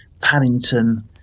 Paddington